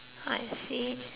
I see